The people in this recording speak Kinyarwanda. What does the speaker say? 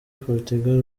portugal